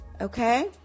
Okay